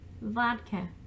vodka